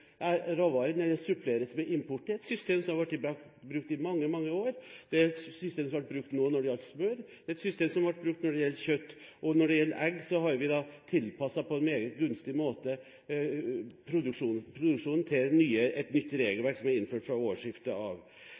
råvaren med import – et system som har vært i bruk i mange, mange år. Det er et system som ble brukt nå når det gjaldt smør, det er et system som ble brukt når det gjaldt kjøtt. Når det gjelder egg, har vi tilpasset på en meget gunstig måte produksjonen til et nytt regelverk som ble innført fra årsskiftet.